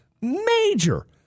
major